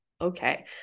Okay